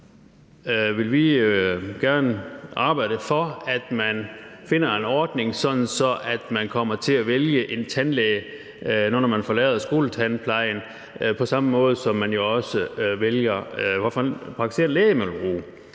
vil vi gerne arbejde for at finde en ordning, så man kommer til at vælge en tandlæge, når man forlader skoletandplejen, på samme måde som man vælger, hvilken praktiserende læge man vil bruge,